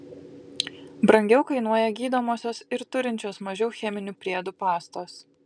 brangiau kainuoja gydomosios ir turinčios mažiau cheminių priedų pastos